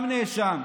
גם נאשם,